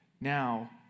Now